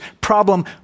problem